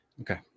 Okay